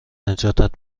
نجاتت